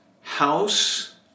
house